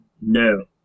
No